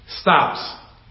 stops